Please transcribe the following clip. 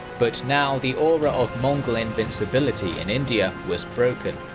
but now the aura of mongol invincibility in india was broken.